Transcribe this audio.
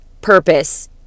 purpose